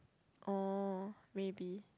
oh maybe